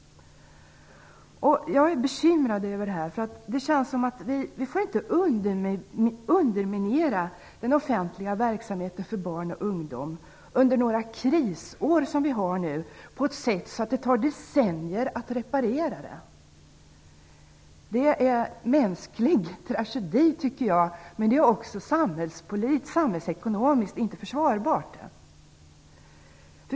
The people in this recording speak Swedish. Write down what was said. Jag är bekymrad över det här. Vi får inte underminera den offentliga verksamheten för barn och ungdom under några krisår på ett sådant sätt att det tar decennier att reparera det. Jag tycker att det är en mänsklig tragedi men dessutom inte samhällsekonomiskt försvarbart.